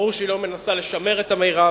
ברור שהיא לא מנסה לשמר את המירב.